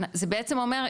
זה בעצם אומר,